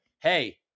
Hey